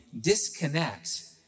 disconnect